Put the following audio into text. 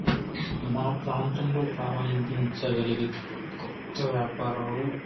మా ప్రాంతంలో ప్రారంభించగలిగే క్రొత్త వ్యాపారాలు